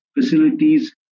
facilities